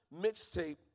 mixtape